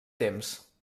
temps